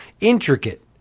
intricate